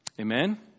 Amen